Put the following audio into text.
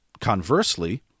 Conversely